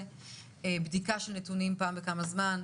לבדוק נתונים פעם בכמה זמן,